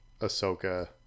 Ahsoka